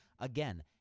Again